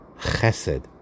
chesed